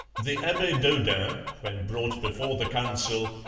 the abbe daudin, when brought before the council,